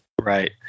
right